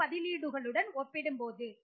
மற்ற பதிலீடுகளுடன் ஒப்பிடும்போது